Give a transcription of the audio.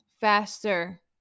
faster